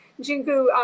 Jingu